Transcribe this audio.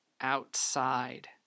outside